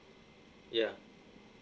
ya